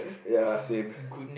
ya same